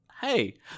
Hey